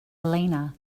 elena